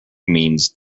means